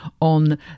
on